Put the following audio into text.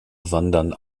wandern